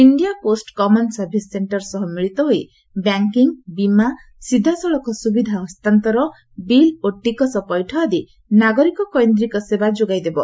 India post common service ସେକ୍କର ସହ ମିଳିତ ହୋଇ ବ୍ୟାଙ୍କିଙ୍ଗ୍ ବୀମା ପ୍ରତ୍ୟକ୍ଷ ସୁବିଧା ହସ୍ତାନ୍ତର ବିଲ୍ ଓ ଟିକସ ପୈଠ ଆଦି ନାଗରିକକୈନ୍ଦ୍ରିକ ସେବା ଯୋଗାଇ ଦେବ